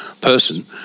person